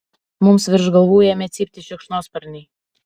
mums virš galvų ėmė cypti šikšnosparniai